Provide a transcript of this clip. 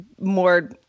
more